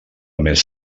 més